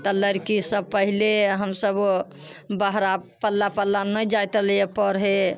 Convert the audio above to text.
तऽ लड़की सब पहिले हमसब बहरा पल्ला पल्ला नहि जायत रहलैया पढ़े